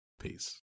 Peace